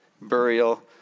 burial